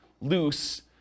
loose